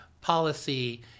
policy